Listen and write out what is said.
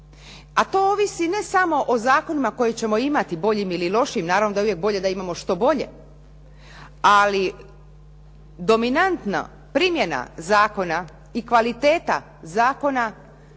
A to ovisi ne samo o zakonima koje ćemo imati boljim ili lošijim, naravno da je bolje da uvijek imamo što bolje, ali dominantna primjena zakona i kvaliteta zakona,